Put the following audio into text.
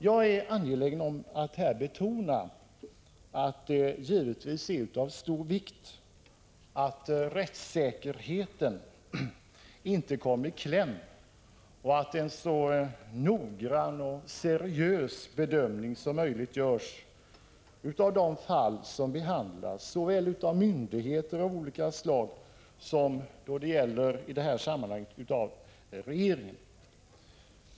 Jag är angelägen om att betona att det givetvis är av stor vikt att rättssäkerheten inte kommer i kläm och att en så noggrann och seriös bedömning som möjligt görs av de fall som behandlas såväl av myndigheter av olika slag som, i detta sammanhang, av regeringen.